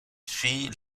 fille